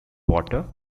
water